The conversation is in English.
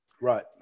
right